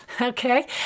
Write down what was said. okay